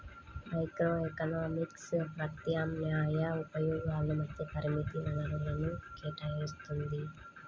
microeconomics ప్రత్యామ్నాయ ఉపయోగాల మధ్య పరిమిత వనరులను కేటాయిత్తుంది